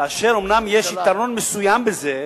כאשר אומנם יש יתרון מסוים בזה,